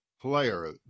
player